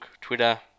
Twitter